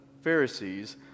Pharisees